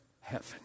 heaven